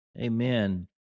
Amen